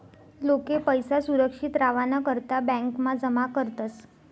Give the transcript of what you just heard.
लोके पैसा सुरक्षित रावाना करता ब्यांकमा जमा करतस